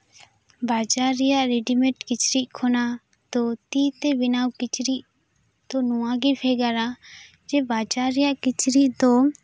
ᱵᱟᱡᱟᱨ ᱨᱮᱭᱟᱜ ᱨᱮᱰᱤᱢᱮᱰ ᱠᱤᱪᱨᱤᱡ ᱠᱷᱚᱱᱟᱜ ᱫᱚ ᱛᱤ ᱛᱮ ᱵᱮᱱᱟᱣ ᱠᱤᱪᱨᱤᱡ ᱫᱚ ᱱᱚᱣᱟᱜᱮ ᱵᱷᱮᱜᱟᱨᱟ ᱡᱮ ᱵᱟᱡᱟᱨ ᱨᱮᱭᱟᱜ ᱠᱤᱪᱨᱤᱡ ᱫᱚ